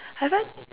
have I